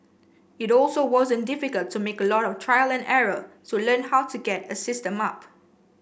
it also wasn't difficult to make a lot of trial and error to learn how to get a system up